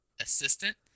assistant